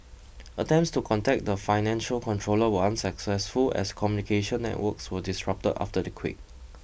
attempts to contact the financial controller were unsuccessful as communication networks were disrupted after the quake